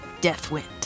Deathwind